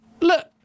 look